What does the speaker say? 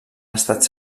estat